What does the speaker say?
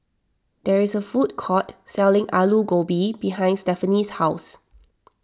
there is a food court selling Aloo Gobi behind Stephanie's house